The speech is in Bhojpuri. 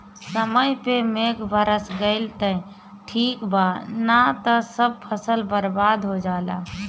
समय पे मेघ बरस गईल त ठीक बा ना त सब फसल बर्बाद हो जाला